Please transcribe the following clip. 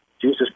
Jesus